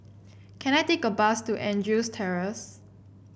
can I take a bus to Andrews Terrace